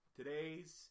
today's